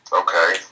Okay